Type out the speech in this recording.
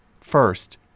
first